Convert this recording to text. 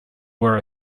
were